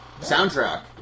soundtrack